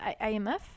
amf